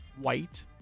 white